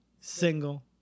single